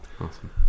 Awesome